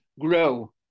grow